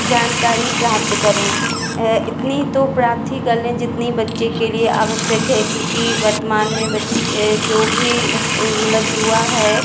जानकारी प्राप्त करें इतनी तो प्राप्त ही कर लें जितनी बच्चे के लिए आवश्यक है क्योंकि वर्तमान में बच्चे जो भी यह मतलब युवा है